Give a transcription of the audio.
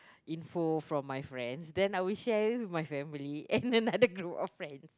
info from my friends then I would share it with my family and then either go with friend